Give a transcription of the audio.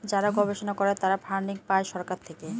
যারা গবেষণা করে তারা ফান্ডিং পাই সরকার থেকে